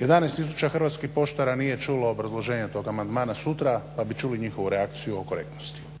11000 hrvatskih poštara nije čulo obrazloženje tog amandmana sutra, pa bi čuli njihovu reakciju o korektnosti. **Stazić,